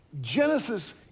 Genesis